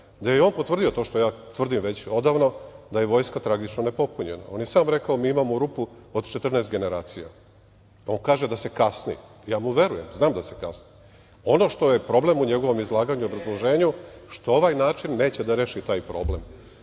gde je on potvrdio to što ja tvrdim već odavno, da je vojska tragično nepopunjena. On je sam rekao – mi imao rupu od 14 generacija. On kaže da se kasni. Ja mu verujem, znam da se kasni. Ono što je problem u njegovom izlaganju i obrazloženju je to što ovaj način neće da reši taj problem. Ova